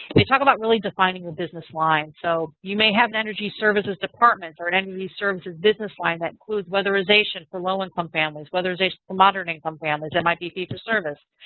they talk about really defining your business line. so you may have an energy services department or an energy services business line that includes weatherization for low-income families, weatherization for moderate-income families. that might be fee for service.